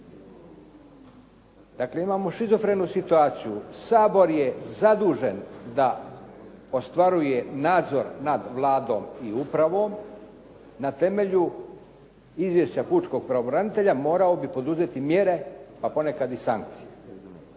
Dakle, imamo shizofrenu situaciju. Sabor je zadužen da ostvaruje nadzor nad Vladom i upravom. Na temelju izvješća pučkog pravobranitelja morao bi poduzeti mjere, a ponekad i sankcije.